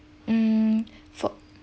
mm for